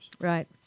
Right